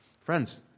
Friends